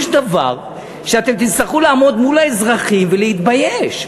יש דבר שאתם תצטרכו לעמוד מול האזרחים ולהתבייש.